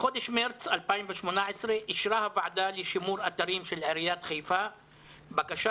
בחודש מרץ 2018 אישרה הוועדה לשימור אתרים של עיריית חיפה בקשה